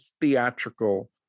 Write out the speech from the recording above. theatrical